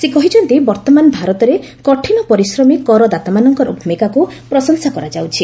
ସେ କହିଛନ୍ତି ବର୍ତ୍ତମାନ ଭାରତରେ କଠିନ ପରିଶ୍ରମୀ କର ଦାତାମାନଙ୍କର ଭୂମିକାକୁ ପ୍ରଶଂସା କରାଯାଉଛି